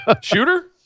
Shooter